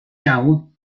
iawn